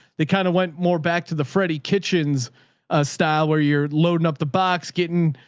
they kind of went more back to the freddie kitchens ah style where you're loading up the box, getting,